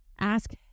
ask